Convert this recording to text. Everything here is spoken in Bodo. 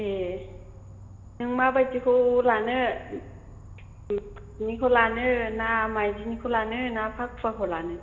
ए नों माबादिखौ लानो खौ लानो ना माइदिनिखौ लानो ना फाखुवाखौ लानो